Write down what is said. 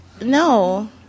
No